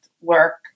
work